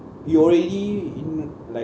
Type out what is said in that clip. you're already in like